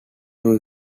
too